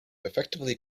effectively